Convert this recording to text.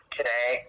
today